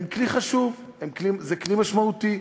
הם כלי חשוב, זה כלי משמעותי.